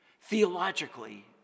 theologically